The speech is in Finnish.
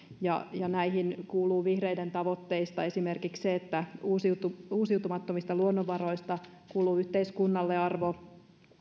näihin kuuluvat vihreiden tavoitteista esimerkiksi ne että uusiutumattomista luonnonvaroista kuuluu yhteiskunnalle arvo